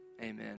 amen